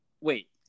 wait